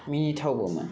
मिनिथावबोमोन